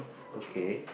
okay